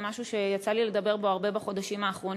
זה משהו שיצא לי לדבר עליו הרבה בחודשים האחרונים.